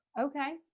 Okay